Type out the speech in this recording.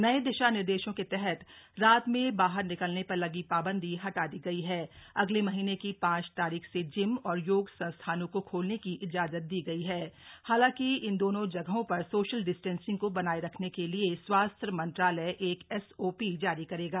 नए दिशा निर्देशों के तहत रात में बाहर निकलने पर लगी पाबंदी हटा दी गई हण अगले महीने की पांच तारीख से जिम और योग संस्थानों को खोलने की इजाजत दी गई हण हालांकि इन दोनों जगहों पर सोशल डिस्टेंसिंग को बनाए रखने के लिए स्वास्थ्य मंत्रालय एक एसओपी जारी करेगा